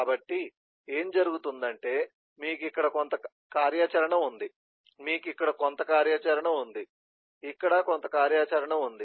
కాబట్టి ఏమి జరుగుతుందంటే మీకు ఇక్కడ ఒక కార్యాచరణ ఉంది మీకు ఇక్కడ మరొక కార్యాచరణ ఉంది